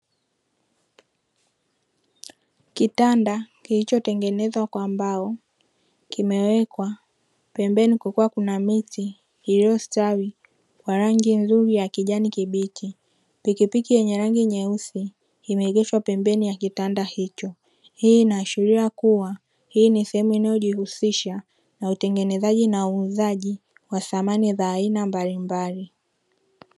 Kitanda kilichotengenezwa kwa mbao kimewekwa pembeni kukiwa kuna miti iliyostawi kwa rangi nzuri ya kijani kibichi, pikipiki yenye rangi nyeusi imeegeshwa pembeni ya kitanda hicho hii inaashiria kuwa hii ni sehemu inayojihusisha na utengenezaji na uuzaji wa samani za aina mbalimbali.